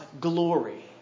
glory